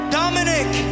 dominic